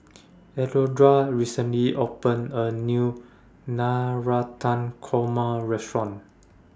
Alondra recently opened A New Navratan Korma Restaurant